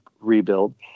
rebuild